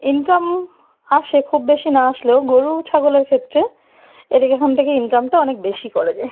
income আসে খুব বেশি না আসলেও গরু ছাগলের ক্ষেত্রে এদের এখান থেকে ইনকামটা অনেক বেশি করা যায়